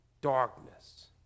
darkness